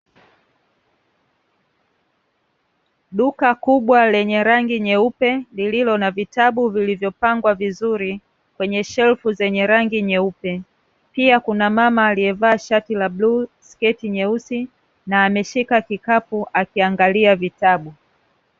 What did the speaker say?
Duka kubwa lenye rangi nyeupe, lililo na vitabu vilivyopangwa vizuri kwenye shelfu zenye rangi nyeupe. Pia kuna mama alievaa shati la blue, sketi nyeusi na ameshika kikapu akiangalia vitabu.